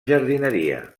jardineria